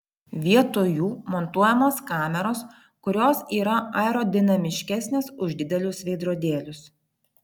vietoj jų montuojamos kameros kurios yra aerodinamiškesnės už didelius veidrodėlius